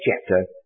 chapter